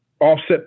offset